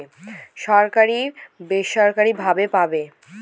সরকারি বা বেসরকারি ভাবে পাবো